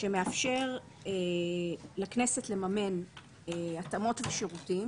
שמאפשר לכנסת לממן התאמות ושירותים,